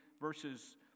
verses